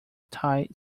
tie